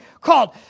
called